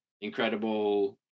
incredible